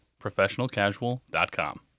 ProfessionalCasual.com